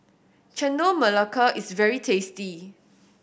Chendol Melaka is very tasty